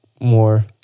More